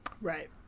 Right